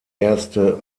erste